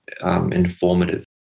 informative